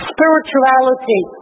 Spirituality